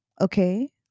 Okay